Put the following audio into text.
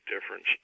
difference